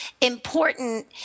important